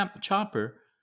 chopper